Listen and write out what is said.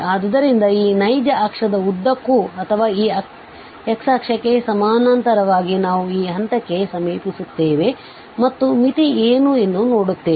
ಆದ್ದರಿಂದ ಈ ನೈಜ ಅಕ್ಷದ ಉದ್ದಕ್ಕೂ ಅಥವಾ ಈ x ಅಕ್ಷಕ್ಕೆ ಸಮಾನಾಂತರವಾಗಿ ನಾವು ಈ ಹಂತಕ್ಕೆ ಸಮೀಪಿಸುತ್ತೇವೆ ಮತ್ತು ಮಿತಿ ಏನು ಎಂದು ನೋಡುತ್ತೇವೆ